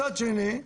מצד שני,